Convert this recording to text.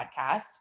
podcast